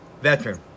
Veteran